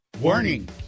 Warning